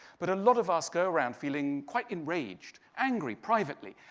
but a lot of us go around feeling quite enraged, angry privately,